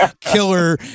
killer